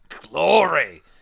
glory